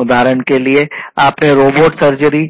उदाहरण के लिए आपने रोबोट सर्जरी